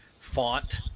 font